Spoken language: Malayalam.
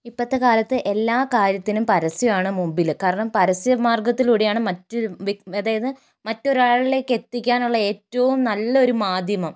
ഇപ്പത്തെ കാലത്ത് എല്ലാ കാര്യത്തിനും പരസ്യമാണ് മുമ്പില് കാരണം പരസ്യ മാർഗത്തിലൂടെയാണ് മറ്റൊരു അതായത് മറ്റൊരാളിലേക്കെത്തിക്കാനുള്ള ഏറ്റവും നല്ലൊരു മാധ്യമം